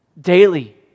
Daily